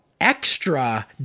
extra